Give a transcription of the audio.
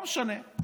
לא משנה,